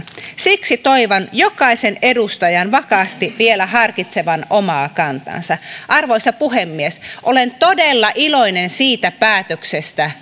toivon jokaisen edustajan vakaavasti vielä harkitsevan omaa kantaansa arvoisa puhemies olen todella iloinen siitä päätöksestä